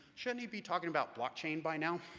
shouldn't you be talking about blockchain by now?